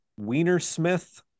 Wienersmith